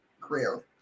career